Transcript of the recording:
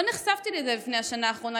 לא נחשפתי לזה לפני השנה האחרונה,